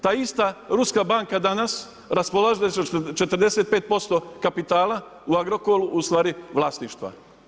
Ta ista ruska banka danas raspolaže sa 45% kapitala u Agrokoru, u stvari vlasništva.